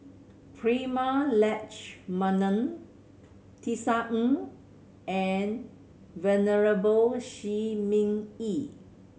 Prema Letchumanan Tisa Ng and Venerable Shi Ming Yi